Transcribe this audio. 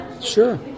Sure